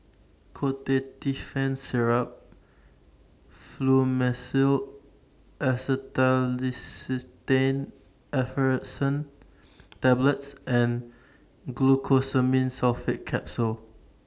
Ketotifen Syrup Fluimucil Acetylcysteine Effervescent Tablets and Glucosamine Sulfate Capsules